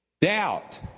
doubt